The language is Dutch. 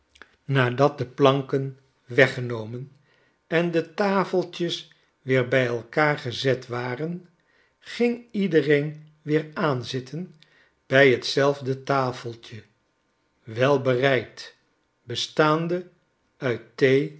nadat de planken weggenomen en de tafeltjes weer bij elkaar gezet waren ging iedereen weer aanzitten bij t zelfde tafeltje welbereid bestaande uit